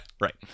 Right